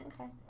okay